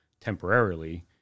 temporarily